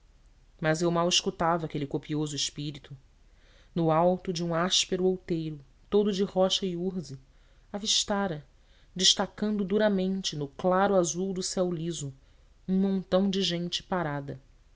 mas eu mal escutava aquele copioso espírito no alto de um áspero outeiro todo de rocha e urze avistara destacando duramente no claro azul do céu liso um montão de gente parada